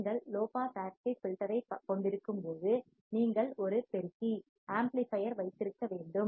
நீங்கள் low pass active ஃபில்டர்யைக் கொண்டிருக்கும்போது நீங்கள் ஒரு பெருக்கி ஆம்ப்ளிபையர் வைத்திருக்க வேண்டும்